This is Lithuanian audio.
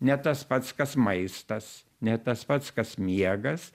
ne tas pats kas maistas ne tas pats kas miegas